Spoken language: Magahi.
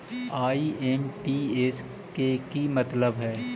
आई.एम.पी.एस के कि मतलब है?